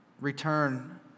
return